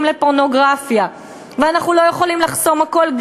לפורנוגרפיה ואנחנו לא יכולים לחסום הכול,